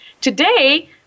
today